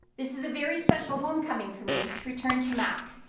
this is a very special homecoming for me to return to mac,